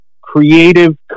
creative